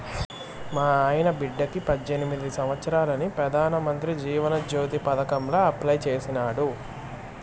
మాయన్న బిడ్డకి పద్దెనిమిది సంవత్సారాలని పెదానమంత్రి జీవన జ్యోతి పదకాంల అప్లై చేసినాడు